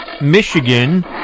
Michigan